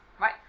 right